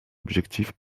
objectif